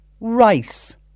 rice